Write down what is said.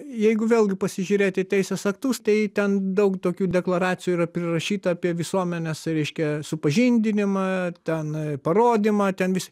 jeigu vėlgi pasižiūrėti į teisės aktus tai ten daug tokių deklaracijų yra prirašyta apie visuomenės reiškia supažindinimą ten parodymą ten vis